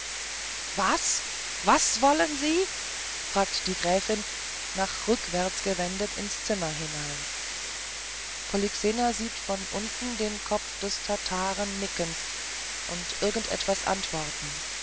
was was wollen sie fragte die gräfin nach rückwärts gewendet ins zimmer hinein polyxena sieht von unten den kopf des tataren nicken und irgend etwas antworten